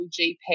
GP